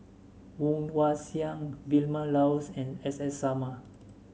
Woon Wah Siang Vilma Laus and S S Sarma